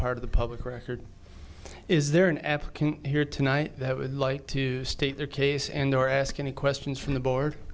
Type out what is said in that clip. part of the public record is there an app here tonight that would like to state your case and or ask any questions from the board